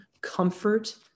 comfort